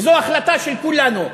וזו החלטה של כולנו.